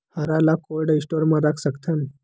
हरा ल cold store म रख सकथन?